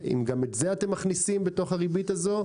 אם גם את זה אתם מכניסים לריבית הזאת?